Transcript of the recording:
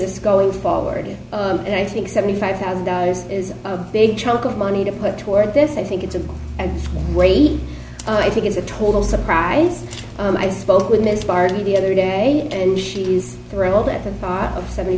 this going forward and i think seventy five thousand dollars is a big chunk of money to put toward this i think it's a and wait i think it's a total surprise and i spoke with ms barton the other day and she's thrilled at the thought of seventy